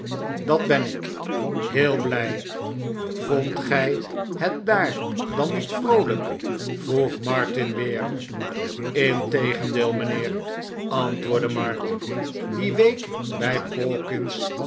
dat ben ik heel blij vondt gij net daar dan niet vroolijk vroeg martin weer integendeel mijnheer antwoordde mark die week bij